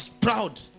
proud